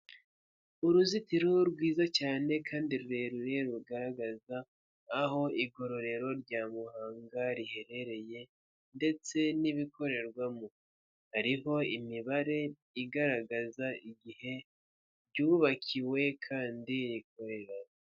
Uruzitiro rwiza cyane kandi rurerure rugaragaza aho igororero rya Muhanga riherereye ndetse n'ibikorerwamo, hariho imibare igaragaza igihe ryubakiwe kandi rikorera.